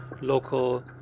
local